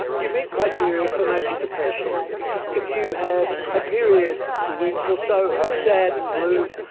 you meet criteria for major depression if you have a period, two weeks or so, of sad and blue,